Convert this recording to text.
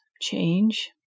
change